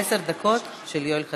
עשר הדקות הן של יואל חסון.